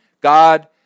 God